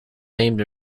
named